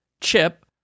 chip